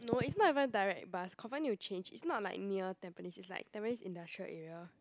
no it's not even direct bus confirm need to change it's not like near Tampines it's like Tampines industrial area